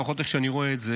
לפחות איך שאני רואה את זה.